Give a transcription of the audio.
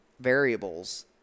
variables